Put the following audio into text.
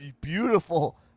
beautiful